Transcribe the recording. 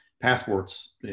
passports